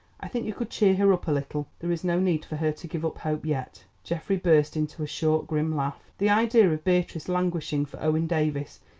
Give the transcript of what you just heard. i think you could cheer her up a little there is no need for her to give up hope yet. geoffrey burst into a short grim laugh. the idea of beatrice languishing for owen davies,